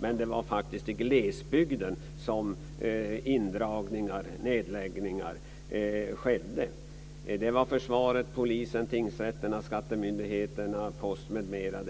Men det var i glesbygden som indragningar och nedläggningar skedde. Det gällde försvaret, polisen, tingsrätterna, skattemyndigheterna, posten m.m.